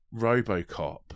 Robocop